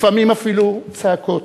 לפעמים אפילו צעקות.